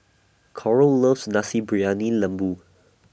Coral loves Nasi Briyani Lembu